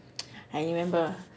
I remember